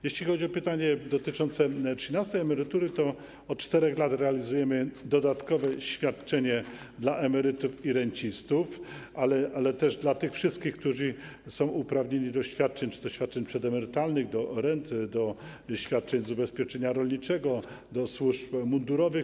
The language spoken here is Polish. Jeśli chodzi o pytanie dotyczące trzynastej emerytury, od 4 lat realizujemy dodatkowe świadczenie dla emerytów i rencistów, ale też dla tych wszystkich, którzy są uprawnieni do świadczeń - czy to świadczeń przedemerytalnych, czy do rent, świadczeń z ubezpieczenia rolniczego, świadczeń dla służb mundurowych.